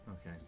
Okay